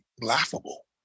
laughable